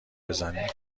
بزنی